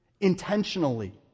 Intentionally